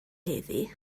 heddiw